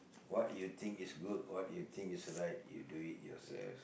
what you think is good what you think is right you do it yourself